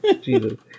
Jesus